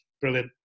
brilliant